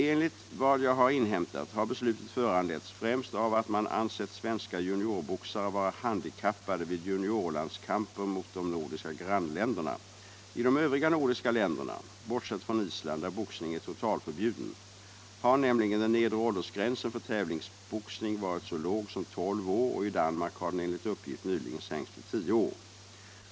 Enligt vad jag har inhämtat har beslutet föranletts främst av att man ansett svenska juniorboxare vara handikappade vid juniorlandskamper mot de nordiska grannländerna. I de övriga nordiska länderna — bortsett från Island där boxning är totalförbjuden — har nämligen den nedre åldersgränsen för tävlingsboxning varit så låg som tolv år, och i Danmark har den enligt uppgift nyligen sänkts till tio år.